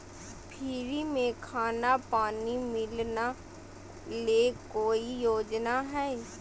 Free में खाना पानी मिलना ले कोइ योजना हय?